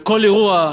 לכל אירוע,